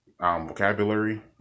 vocabulary